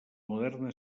moderna